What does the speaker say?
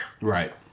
Right